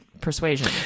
persuasion